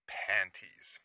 panties